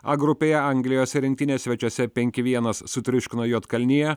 a grupėje anglijos rinktinė svečiuose penki vienas sutriuškino juodkalniją